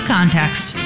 Context